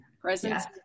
presence